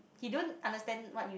he don't understand what you